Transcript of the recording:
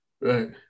right